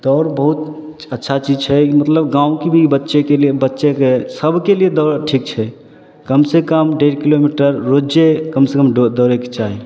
दौड़ बहुत अच्छा चीज छै मतलब गाँवके भी बच्चेके लिए बच्चाके सभकेलिए दौड़ ठीक छै कमसे कम डेढ़ किलोमीटर रोजे कमसे कम दौड़ैके चाही